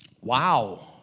Wow